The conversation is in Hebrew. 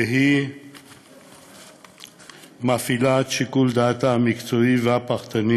והיא מפעילה את שיקול דעתה המקצועי והפרטני